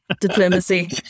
Diplomacy